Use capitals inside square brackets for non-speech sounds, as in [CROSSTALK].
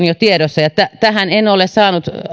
[UNINTELLIGIBLE] jo tiedossa tähän en ole saanut